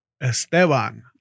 Esteban